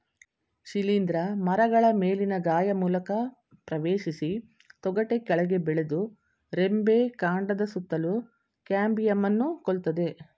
ಶಿಲೀಂಧ್ರ ಮರಗಳ ಮೇಲಿನ ಗಾಯ ಮೂಲಕ ಪ್ರವೇಶಿಸಿ ತೊಗಟೆ ಕೆಳಗೆ ಬೆಳೆದು ರೆಂಬೆ ಕಾಂಡದ ಸುತ್ತಲೂ ಕ್ಯಾಂಬಿಯಂನ್ನು ಕೊಲ್ತದೆ